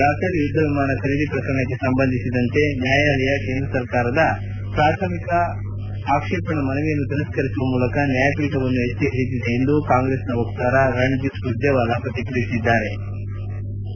Rafale ಯುದ್ದ ವಿಮಾನ ಖರೀದಿ ಪ್ರಕರಣ ಸಂಬಂಧಿಸಿದಂತೆ ನ್ವಾಯಾಲಯ ಕೇಂದ್ರ ಸರ್ಕಾರದ ಪ್ರಾಥಮಿಕ ಆಕ್ಷೇಪಣಾ ಮನವಿಯನ್ನು ತಿರಸ್ತರಿಸುವ ಮೂಲಕ ನ್ಯಾಯಪೀಠ ನ್ಯಾಯವನ್ನು ಎತ್ತಿ ಹಿಡಿದಿದೆ ಎಂದು ಕಾಂಗ್ರೆಸ್ನ ವಕಾರ ರಂಧೀಪ್ ಸುರ್ಜೆವಾಲಾ ಪ್ರತಿಕ್ರಿಯೆಸಿದ್ಗಾರೆ